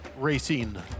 racing